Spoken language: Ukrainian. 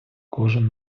кожен